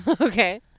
Okay